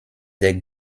der